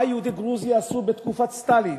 מה יהודי גרוזיה עשו בתקופת סטלין,